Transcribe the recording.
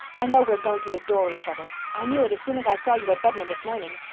i know we're going to adore each other i knew it as soon as i saw you at redmond this morning.